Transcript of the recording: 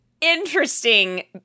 interesting